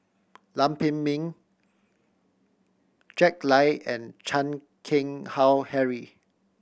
Lam Pin Min Jack Lai and Chan Keng Howe Harry